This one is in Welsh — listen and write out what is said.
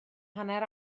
hanner